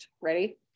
ready